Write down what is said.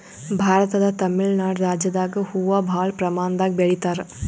ಭಾರತದ್ ತಮಿಳ್ ನಾಡ್ ರಾಜ್ಯದಾಗ್ ಹೂವಾ ಭಾಳ್ ಪ್ರಮಾಣದಾಗ್ ಬೆಳಿತಾರ್